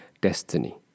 destiny